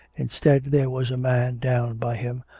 instead there was a man down by him,